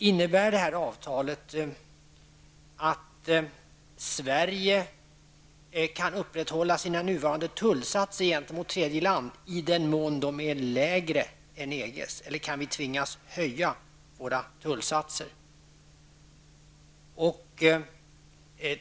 Innebär detta avtal att Sverige kan upprätthålla sina nuvarande tullsatser gentemot tredje land i den mån de är lägre än EGs, eller kan vi tvingas höja våra tullsatser?